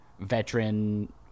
veteran